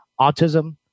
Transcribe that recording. autism